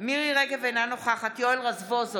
מירי מרים רגב, אינה נוכחת יואל רזבוזוב,